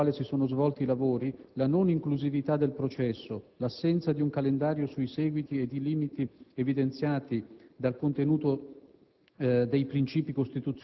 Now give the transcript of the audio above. Il clima di tensione nel quale si sono svolti i lavori, la non inclusività del processo, l'assenza di un calendario sui seguiti ed i limiti evidenziati dal contenuto